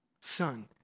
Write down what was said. son